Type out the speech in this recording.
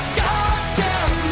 goddamn